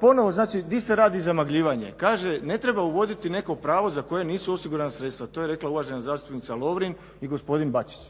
Ponovno, znači gdje se radi zamagljivanje? Kaže ne treba uvoditi neko pravo za koje nisu osigurana sredstva, to je rekla uvažena zastupnica Lovrin i gospodin Bačić.